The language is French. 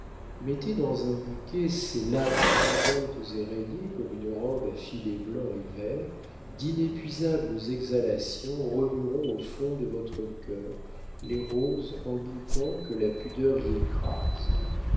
mettez dans un bouquet ses lames luisantes et rayées comme une robe à filets blancs et verts d'inépuisables exhalations remueront au fond de votre cœur les roses en bouton que la pudeur y écrase